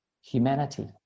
humanity